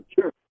Sure